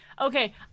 Okay